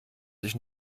sich